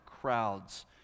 crowds